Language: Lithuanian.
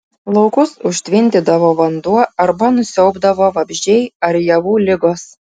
laukus užtvindydavo vanduo arba nusiaubdavo vabzdžiai ar javų ligos